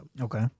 Okay